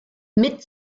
mit